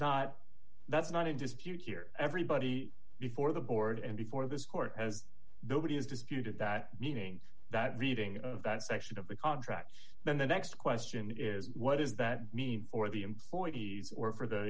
not that's not in dispute here everybody before the board and before this court has the body has disputed that meaning that reading of that section of the contract then the next question is what does that mean for the employees or for the